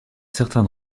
certains